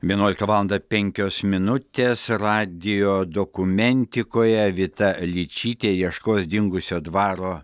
vienuoliktą valandą penkios minutės radijo dokumentikoje vita ličytė ieškos dingusio dvaro